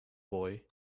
boy